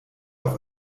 auf